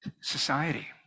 society